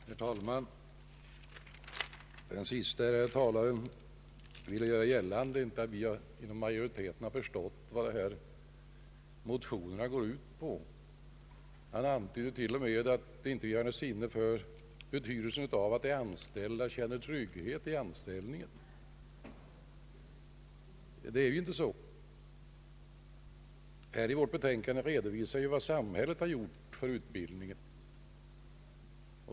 Herr talman! Den senaste ärade talaren ville göra gällande att vi inom majoriteten inte har förstått vad motionerna går ut på. Han antydde till och med att vi inte hade sinne för betydelsen av att de anställda känner trygghet i anställningen. Det är inte så! I vårt betänkande redovisar vi vad samhället har gjort för utbildningen.